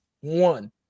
one